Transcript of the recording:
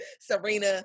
Serena